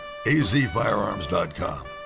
Azfirearms.com